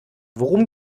worum